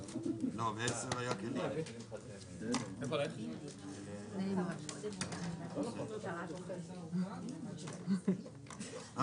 12:15.